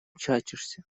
чатишься